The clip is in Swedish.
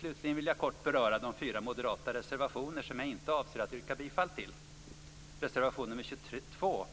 Slutligen vill jag kort beröra de fyra moderata reservationer som jag inte avser att yrka bifall till. Reservation nr 22